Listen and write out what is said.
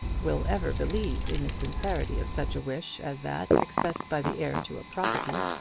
will ever believe in the sincerity of such a wish as that expressed by the heir to a property?